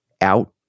out